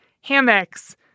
hammocks